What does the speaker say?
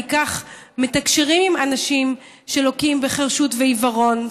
כי כך מתקשרים אנשים שלוקים בחירשות ועיוורון,